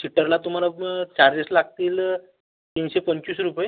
सीटरला तुम्हाला चार्जेस लागतील तीनशे पंचवीस रुपये